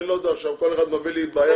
אני לא יודע עכשיו, כל אחד מביא לי בעיה שלו.